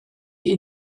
est